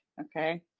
okay